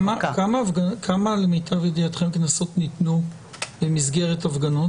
כמה קנסות ניתנו למיטב ידיעתכם במסגרת ההפגנות?